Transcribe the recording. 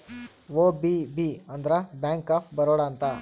BOB ಅಂದ್ರ bank of Baroda ಅಂತ